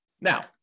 Now